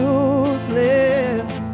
useless